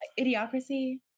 Idiocracy